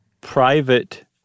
private